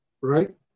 right